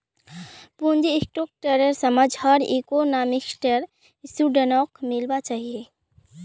पूंजी स्ट्रक्चरेर समझ हर इकोनॉमिक्सेर स्टूडेंटक होना चाहिए